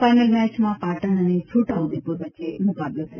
final મેચમાં પાટણ અને છોટા ઉદેપુર વચ્ચે મુકાબલો થશે